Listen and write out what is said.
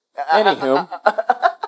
Anywho